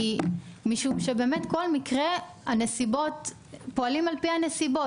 משום שבכל מקרה פועלים על פי הנסיבות.